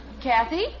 Kathy